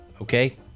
okay